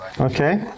Okay